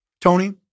Tony